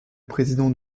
président